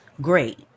great